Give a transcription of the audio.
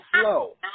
slow